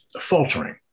faltering